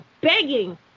begging